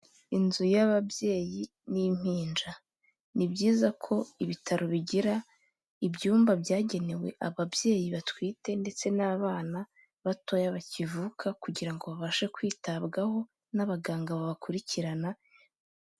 Inzu y'ababyeyi n'impinja, ni byiza ko ibitaro bigira ibyumba byagenewe ababyeyi batwite ndetse n'abana batoya bakivuka kugira ngo babashe kwitabwaho n'abaganga babakurikirana.